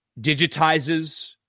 digitizes